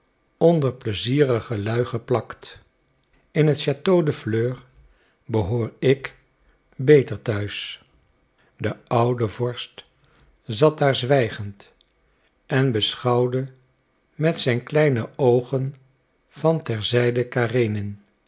onder pleizierige lui geplakt in het chateau de fleurs behoor ik beter thuis de oude vorst zat daar zwijgend en beschouwde met zijn kleine oogen van